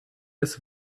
des